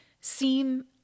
seem